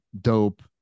dope